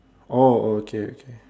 oh oh okay okay